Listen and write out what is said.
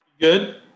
Good